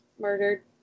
murdered